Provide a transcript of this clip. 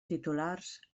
titulars